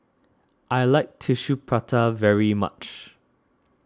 I like Tissue Prata very much